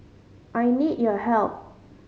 I need your help